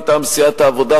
מטעם סיעת העבודה,